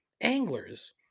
anglers